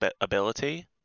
ability